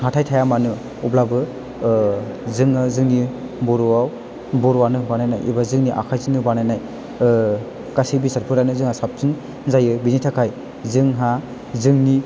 हाथाइ थाया मानो आब्लाबो जोङो जोंनि बर'आव बर'आनो बानायनाय एबा जोंनि आखायजोंनो बानायनाय गासै बेसादफोरानो जोंहा साबसिन जायो बिनि थाखाय जोंहा जोंनि